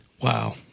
Wow